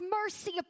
mercy